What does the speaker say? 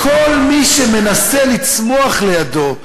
כל מי שמנסה לצמוח לידו,